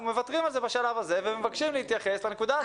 אנחנו מוותרים על זה בשלב הזה ומבקשים להתייחס לנקודה הספציפית.